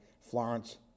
Florence